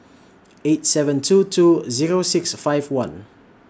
eight seven two two Zero six five one